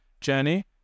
journey